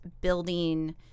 building